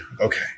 Okay